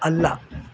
ಅಲ್ಲ